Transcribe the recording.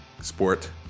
sport